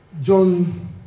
John